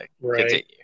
Right